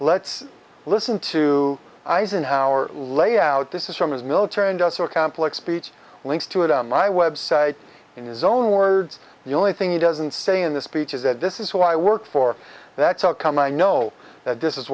let's listen to eisenhower lay out this is from his military industrial complex speech links to it on my website in his own words the only thing he doesn't say in the speech is that this is who i work for that's how come i know that this is